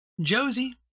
Josie